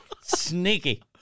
Sneaky